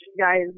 guys